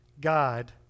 God